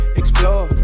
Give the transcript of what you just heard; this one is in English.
explore